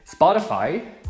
Spotify